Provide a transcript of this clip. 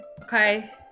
Okay